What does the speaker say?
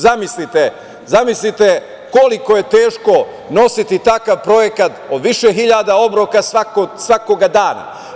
Zamislite koliko je teško nositi takav projekat od više hiljada obroka svakog dana.